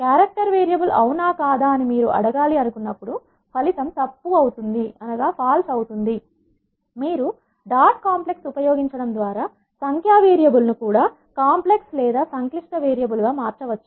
character variable అవునా కాదా అని మీరు అడగాలి అనుకున్నప్పుడు ఫలితం తప్పు అవుతుంది మీరు డాట్ కాంప్లెక్స్ ఉపయోగించడం ద్వారా సంఖ్య వేరియబుల్ ను కూడా కాంప్లెక్స్ లేదా సంక్లిష్ట వేరియబుల్ గా మార్చవచ్చు